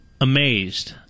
amazed